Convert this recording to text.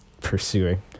pursuing